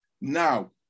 now